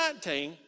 19